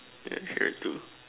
yeah I hear it too